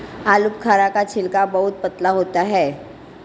आलूबुखारा का छिलका बहुत पतला होता है